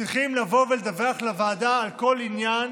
צריכים לבוא ולדווח לוועדה על כל עניין